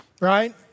right